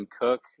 Cook